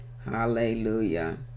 hallelujah